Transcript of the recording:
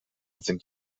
sind